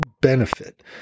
benefit